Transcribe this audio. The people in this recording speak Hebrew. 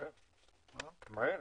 מהר.